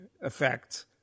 effect